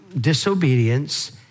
disobedience